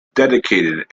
dedicated